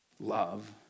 love